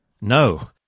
No